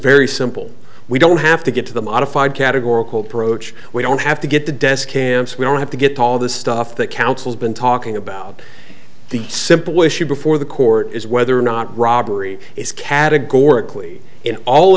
very simple we don't have to get to the modified categorical prochoice we don't have to get the desk camps we don't have to get all this stuff that councils been talking about the simple issue before the court is whether or not robbery is categorically in all